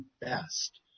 best